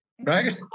right